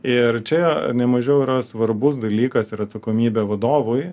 ir čia ne mažiau yra svarbus dalykas ir atsakomybė vadovui